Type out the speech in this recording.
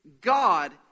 God